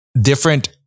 different